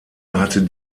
hatte